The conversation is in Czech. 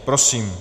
Prosím.